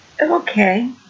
Okay